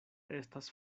estas